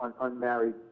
unmarried